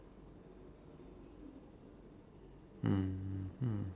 I can only think of things that can protect you